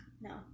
No